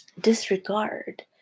disregard